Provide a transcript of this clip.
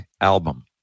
album